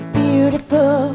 beautiful